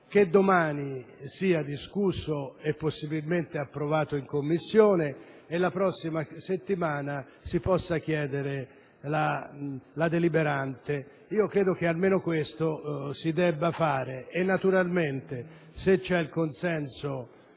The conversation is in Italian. che domani sia discusso e possibilmente approvato in Commissione e la prossima settimana si possa chiedere la sede deliberante. Credo che almeno questo si debba fare. Naturalmente, se c'è il consenso